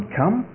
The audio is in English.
come